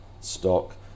stock